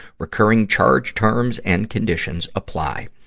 recurring charge, terms, and conditions apply.